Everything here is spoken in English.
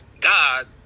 God